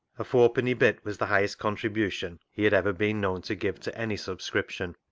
a fourpenny bit was the highest contribution he had ever been known to give to any subscription,